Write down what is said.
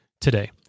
today